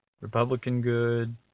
Republican-good